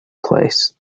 place